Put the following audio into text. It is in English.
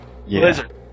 Blizzard